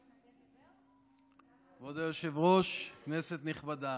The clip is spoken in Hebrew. כבוד היושב-ראש, כנסת נכבדה,